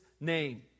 name